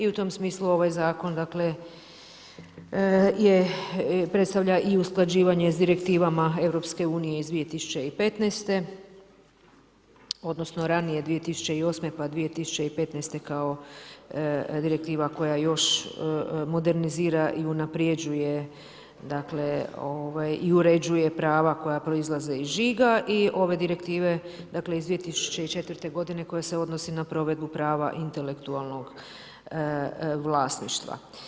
I u tom smislu ovaj zakon dakle, predstavlja i usklađivanje s direktivama Europske unije iz 2015. odnosno, ranije 2008. pa 2015. kao direktiva koja još modernizira i unapređuje i uređuje prava koja proizlaze iz žiga i ove direktive iz 2004. godine koja se odnosi na provedbu prava intelektualnog vlasništva.